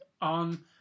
on